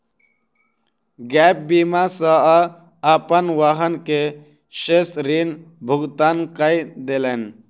gap बीमा सॅ ओ अपन वाहन के शेष ऋण भुगतान कय देलैन